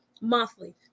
monthly